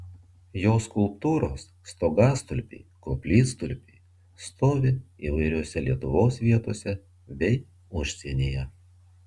jo skulptūros stogastulpiai koplytstulpiai stovi įvairiose lietuvos vietose bei užsienyje